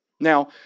Now